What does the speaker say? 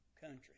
country